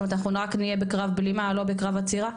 זאת אומרת אנחנו רק נהיה בקרב בלימה לא בקרב עצירה,